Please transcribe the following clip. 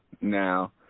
now